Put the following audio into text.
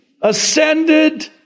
ascended